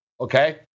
okay